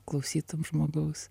klausytum žmogaus